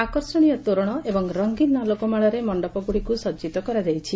ଆକର୍ଷଣୀୟ ତୋରଣ ଏବଂ ରଙ୍ଙୀନ ଆଲୋକମାଳାରେ ମଣ୍ଡପଗୁଡ଼ିକୁ ସଜିତ କରାଯାଇଛି